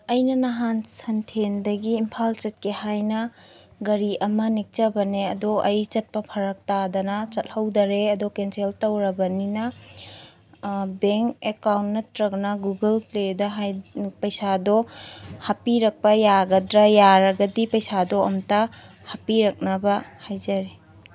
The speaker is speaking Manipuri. ꯑꯩꯅ ꯅꯍꯥꯟ ꯁꯟꯊꯦꯟꯗꯒꯤ ꯏꯝꯐꯥꯜ ꯆꯠꯀꯦ ꯍꯥꯏꯅ ꯒꯥꯔꯤ ꯑꯃ ꯅꯦꯛꯆꯕꯦꯅ ꯑꯗꯣ ꯑꯩ ꯆꯠꯄ ꯐꯔꯛ ꯇꯥꯗꯅ ꯆꯠꯍꯧꯗꯔꯦ ꯑꯗꯣ ꯀꯦꯟꯁꯦꯜ ꯇꯧꯔꯕꯅꯤꯅ ꯕꯦꯡ ꯑꯦꯀꯥꯎꯟ ꯅꯠꯇ꯭ꯔꯒꯅ ꯒꯨꯒꯜ ꯄꯦꯗ ꯄꯩꯁꯥꯗꯣ ꯍꯥꯞꯄꯤꯔꯛꯄ ꯌꯥꯒꯗ꯭ꯔ ꯌꯥꯔꯒꯗꯤ ꯄꯩꯁꯥꯗꯣ ꯑꯝꯇ ꯍꯥꯞꯄꯤꯔꯛꯅꯕ ꯍꯥꯏꯖꯔꯤ